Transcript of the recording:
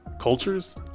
cultures